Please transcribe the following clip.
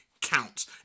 counts